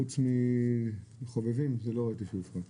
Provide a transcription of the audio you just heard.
חוץ מחובבים שלא ראיתי שהכול הופחת.